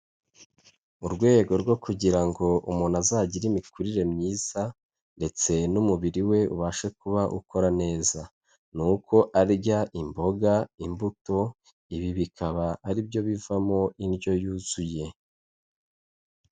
Mu rwego rwo kugira ngo umuntu azagire imikurire myiza ndetse n'umubiri we ubashe kuba ukora neza ni uko arya imboga, imbuto ibi bikaba ari byo bivamo indyo yuzuye.